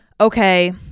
okay